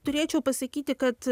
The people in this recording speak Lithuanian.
turėčiau pasakyti kad